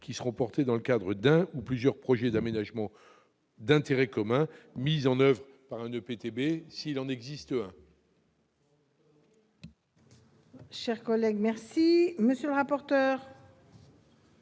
qui seront portées dans le cadre d'un ou de plusieurs projets d'aménagement d'intérêt commun, mis en oeuvre par un établissement